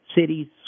cities